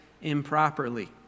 improperly